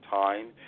time